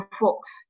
folks